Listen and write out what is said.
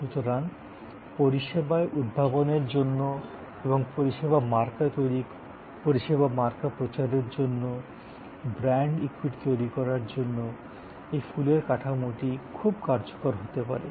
সুতরাং পরিষেবায় উদ্ভাবনের জন্য এবং পরিষেবা মার্কা তৈরী পরিষেবা মার্কা প্রচারের জন্য ব্র্যান্ড ইক্যুইটি তৈরি করার জন্য এই ফ্লো এর কাঠামোটি খুব কার্যকর হতে পারে